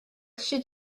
should